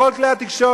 בכל כלי התקשורת.